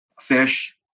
fish